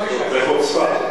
זה חוצפה.